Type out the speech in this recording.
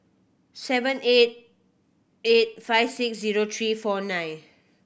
seven eight eight five six zero three four nine